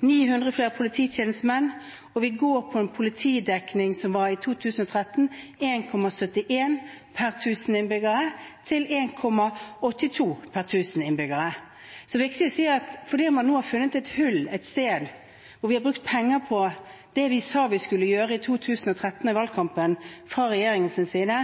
900 flere polititjenestemenn, og vi går fra en politidekning som var 1,71 per tusen innbyggere i 2013 til 1,82 per tusen innbyggere. Det er viktig å si at selv om man nå har funnet et hull et sted, og vi har brukt penger på det vi i valgkampen i 2013 sa vi skulle gjøre fra regjeringens side,